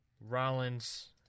Rollins